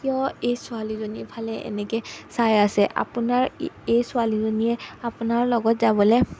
কিয় এই ছোৱালীজনীৰ ফালে এনেকৈৈ চাই আছে আপোনাৰ এই ছোৱালীজনীয়ে আপোনাৰ লগত যাবলৈ